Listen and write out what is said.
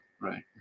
right